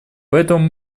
поэтому